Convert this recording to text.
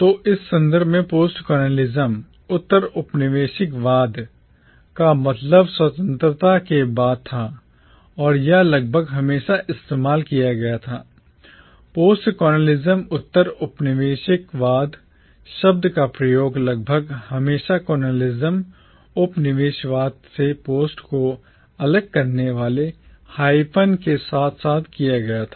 तो इस संदर्भ में postcolonialism उत्तर औपनिवेशिकवाद का मतलब स्वतंत्रता के बाद था और यह लगभग हमेशा इस्तेमाल किया गया था postcolonialism उत्तर औपनिवेशवाद शब्द का उपयोग लगभग हमेशा colonialism उपनिवेशवाद से पोस्ट को अलग करने वाले hyphen हाइफन के साथ किया गया था